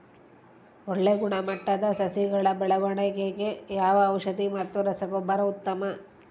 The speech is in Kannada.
ಒಳ್ಳೆ ಗುಣಮಟ್ಟದ ಸಸಿಗಳ ಬೆಳವಣೆಗೆಗೆ ಯಾವ ಔಷಧಿ ಮತ್ತು ರಸಗೊಬ್ಬರ ಉತ್ತಮ?